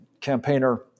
campaigner